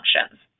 functions